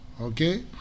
Okay